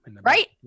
right